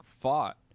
fought